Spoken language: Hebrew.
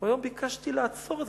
היום ביקשתי לעצור את זה.